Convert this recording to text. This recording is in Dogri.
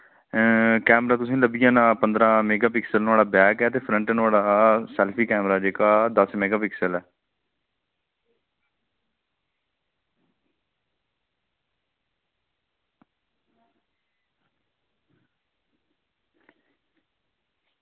कैमरा तुसेंगी लब्भी जाना पंदरां मैगापिक्सल नुहाड़ा बैक ऐ ते फ्रंट नुहाड़ा हा सेल्फी कैमरा जेह्का दस मैगापिक्सल